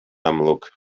amlwg